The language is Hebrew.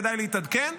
כדאי להתעדכן,